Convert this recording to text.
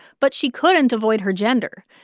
but she couldn't avoid her gender.